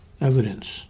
Evidence